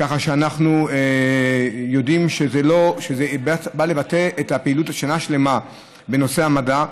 כך שאנחנו יודעים שזה בא לבטא פעילות של שנה שלמה בנושא המדע.